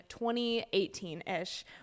2018-ish